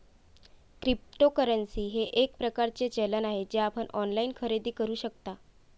cryptocurrency हे एक प्रकारचे चलन आहे जे आपण ऑनलाइन खरेदी करू शकता